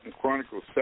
Chronicles